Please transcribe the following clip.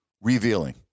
revealing